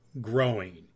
Growing